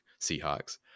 Seahawks